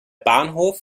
bahnhof